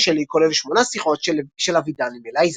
שלי" כולל שמונה שיחות של אבידן עם "אלייזה".